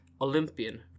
Olympian